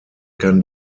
kann